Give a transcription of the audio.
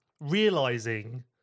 realizing